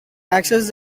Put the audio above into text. access